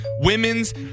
women's